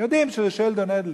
יודעים שזה שלדון אדלסון,